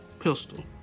pistol